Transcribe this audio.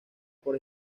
por